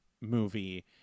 movie